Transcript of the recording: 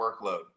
workload